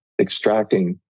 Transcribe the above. Extracting